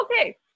okay